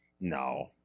No